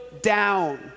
down